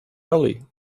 early